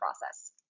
process